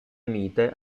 unite